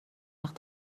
وقت